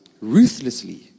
ruthlessly